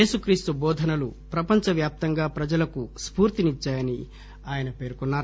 ఏసుక్రీస్తు బోధనలు ప్రపంచ వ్యాప్తంగా ప్రజలకు స్పూర్తినిచ్చాయని ఆయన పెర్కొన్నారు